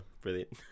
Brilliant